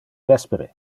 vespere